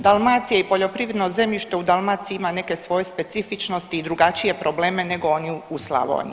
Dalmacija i poljoprivredno zemljište u Dalmaciji ima neke svoje specifičnosti i drugačije probleme nego oni u Slavoniji.